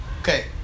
Okay